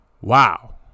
Wow